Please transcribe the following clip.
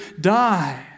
die